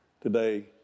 Today